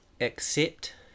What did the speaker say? accept